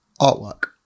artwork